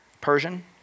Persian